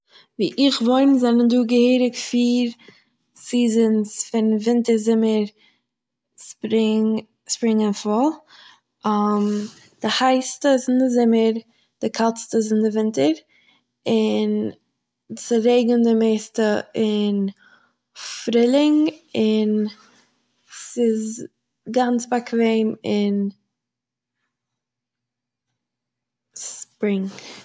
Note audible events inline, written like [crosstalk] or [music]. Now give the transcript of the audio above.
וואו איך וואוין זענען דא געהעריג פיר סעזאנס פון: ווינטער, זומער, ספרינג- ספרינג אנד פאלל, [hesitation] די הייסטע איז אין די זומער, די קאלטסטע איז אין דער ווינטער, און ס'רעגנט די מערסטע אין פרילינג און ס'איז גאנץ באקוועם אין ספרינג